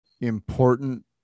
important